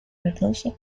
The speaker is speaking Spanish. verdoso